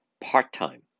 part-time